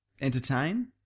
entertain